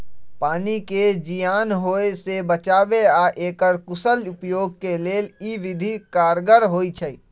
पानी के जीयान होय से बचाबे आऽ एकर कुशल उपयोग के लेल इ विधि कारगर होइ छइ